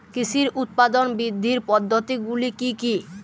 কৃষির উৎপাদন বৃদ্ধির পদ্ধতিগুলি কী কী?